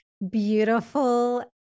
beautiful